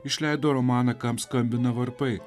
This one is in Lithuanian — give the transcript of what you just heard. išleido romaną kam skambina varpai